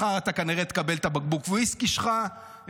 מחר אתה כנראה תקבל את בקבוק הוויסקי שלך,